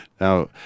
Now